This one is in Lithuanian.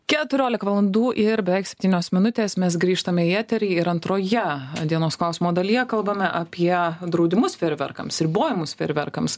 keturiolika valandų ir beveik septynios minutės mes grįžtame į eterį ir antroje dienos klausimo dalyje kalbame apie draudimus fejerverkams ribojimus fejerverkams